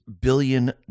billion